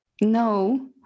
no